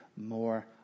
more